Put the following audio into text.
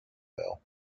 wheel